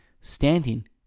standing